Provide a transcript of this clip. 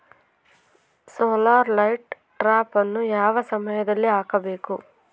Solar light ಟ್ರಾಪನ್ನು ಯಾವ ಸಮಯದಲ್ಲಿ ಹಾಕಬೇಕು?